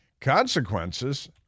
Consequences